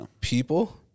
people